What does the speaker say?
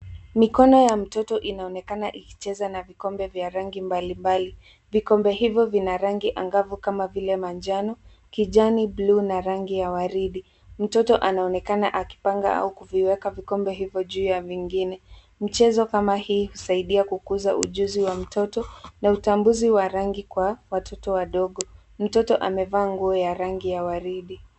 Mikono ya mtoto inaonekana ikicheza na vikombe vya rangi mbalimbali. Vikombe hivyo vina rangi angavu kama vile manjano, kijani, bluu na rangi ya waridi. Mtoto anaonekana akipanga au kuviweka vikombe hivyo juu ya vingine. Michezo kama hii husaidia kukuza ujuzi wa mtoto na utambuzi wa rangi kwa watoto wadogo. Mtoto amevaa nguo ya rangi ya waridi.